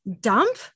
dump